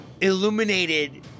illuminated